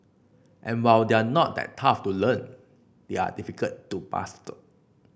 and while they are not that tough to learn they are difficult to master